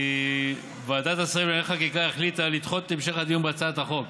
כי ועדת השרים לענייני חקיקה החליטה לדחות את המשך הדיון בהצעת החוק.